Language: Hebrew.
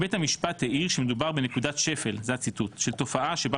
בית המשפט העיר שמדובר בנקודת שפל זה הציטוט שלתופעה שבה